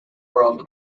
world